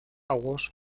awards